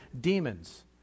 demons